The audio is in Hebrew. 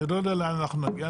אני עוד לא יודע לאן אנחנו נגיע,